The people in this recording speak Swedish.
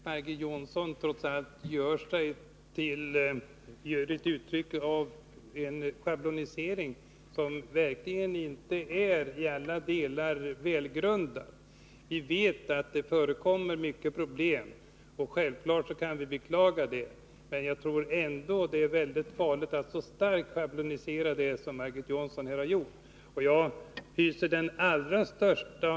Fru talman! Jag tycker trots allt att det Margit Jonsson säger är ett uttryck för en schablonisering, som verkligen inte är i alla delar välgrundad. Vi vet att det förekommer problem, och självfallet beklagar vi det, men jag tror ändå att det är farligt att schablonisera så starkt som Margit Jonsson här har gjort.